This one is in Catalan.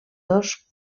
dos